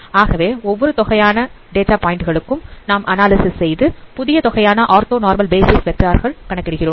ஆகவே ஒவ்வொரு தொகையான டேட்டா பாயிண்ட் கல்லுக்கும் நாம் அனாலிசிஸ் செய்து புதிய தொகையான ஆர்த்தோ நார்மல் பேசிஸ் வெக்டார் கள் கணக்கிடுகிறோம்